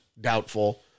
doubtful